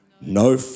no